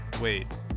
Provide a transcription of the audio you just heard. wait